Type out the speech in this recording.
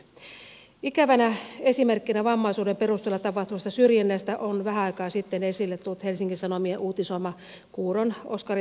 ikävänä esimerkkinä vammaisuuden perusteella tapahtuvasta syrjinnästä on vähän aikaa sitten esille tullut helsingin sanomien uutisoima kuuron oskari salomaan tapaus